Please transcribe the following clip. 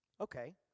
Okay